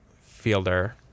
fielder